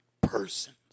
persons